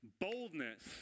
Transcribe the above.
Boldness